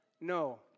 No